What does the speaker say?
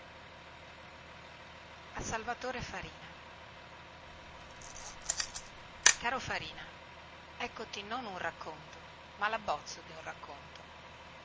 gramigna caro farina eccoti non un racconto ma labbozzo di un racconto